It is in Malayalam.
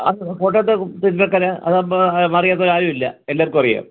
അതെ കോട്ടയത്തെ തിരുന്നക്കര ആ സംഭവം അറിയാത്തവരാരുവില്ല എല്ലാർക്കും അറിയാം